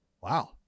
Wow